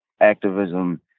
activism